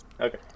Okay